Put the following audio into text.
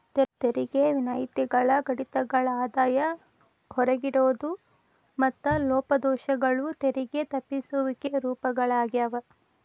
ತೆರಿಗೆ ವಿನಾಯಿತಿಗಳ ಕಡಿತಗಳ ಆದಾಯ ಹೊರಗಿಡೋದು ಮತ್ತ ಲೋಪದೋಷಗಳು ತೆರಿಗೆ ತಪ್ಪಿಸುವಿಕೆ ರೂಪಗಳಾಗ್ಯಾವ